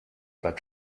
bleibt